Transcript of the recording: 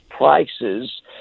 Prices